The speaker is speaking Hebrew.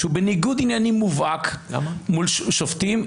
שהוא בניגוד עניינים מובהק מול שופטים,